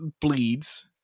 bleeds